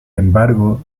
embargo